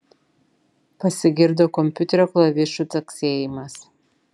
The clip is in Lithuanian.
pasigirdo kompiuterio klavišų caksėjimas